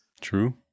True